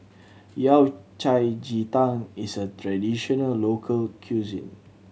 Yao Cai ji tang is a traditional local cuisine